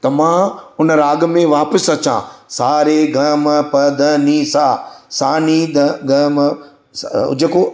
त मां हुन राॻ में वापसि अचां सा रे ग म प ध नि सा सा नि ध ग म स जेको